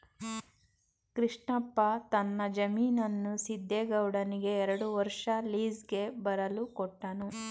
ಕೃಷ್ಣಪ್ಪ ತನ್ನ ಜಮೀನನ್ನು ಸಿದ್ದೇಗೌಡನಿಗೆ ಎರಡು ವರ್ಷ ಲೀಸ್ಗೆ ಬರಲು ಕೊಟ್ಟನು